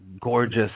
gorgeous